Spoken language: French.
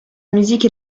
musique